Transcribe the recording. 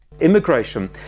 Immigration